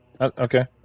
Okay